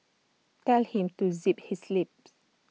tell him to zip his lips